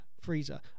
freezer